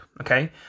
Okay